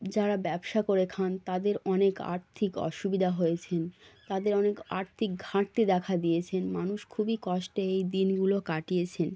যারা ব্যবসা করে খান তাদের অনেক আর্থিক অসুবিধা হয়েছেন তাদের অনেক আর্থিক ঘাঁটতি দেখা দিয়েছেন মানুষ খুবই কষ্টে এই দিনগুলো কাটিয়েছেন